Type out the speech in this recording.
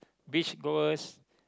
beach goers